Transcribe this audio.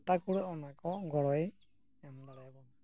ᱟᱱᱴᱟ ᱠᱩᱲᱟᱜ ᱚᱱᱟ ᱠᱚ ᱜᱚᱲᱚᱭ ᱮᱢ ᱫᱟᱲᱮᱭᱟᱵᱚᱱᱟ